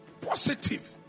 Positive